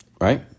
right